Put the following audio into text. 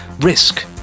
risk